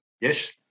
Yes